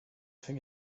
thing